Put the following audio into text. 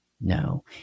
No